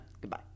goodbye